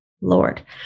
Lord